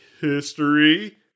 history